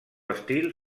estil